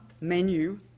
menu